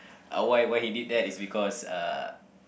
uh why why he did that is because uh